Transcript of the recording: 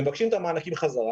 הם מבקשים את המענקים בחזרה.